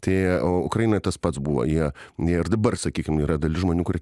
tie o ukrainoj tas pats buvo jie ir dabar sakykim yra dalis žmonių kur